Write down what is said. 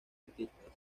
artistas